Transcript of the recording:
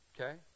Okay